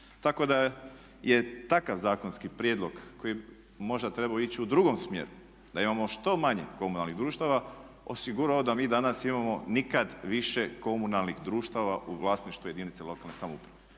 Tako da je takav zakonski prijedlog koji je možda trebao ići u drugom smjeru da imamo što manje komunalnih društava osigurao da mi danas imamo nikad više komunalnih društava u vlasništvu jedinice lokalne samouprave.